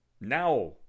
now